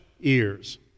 ears